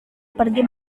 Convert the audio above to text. pergi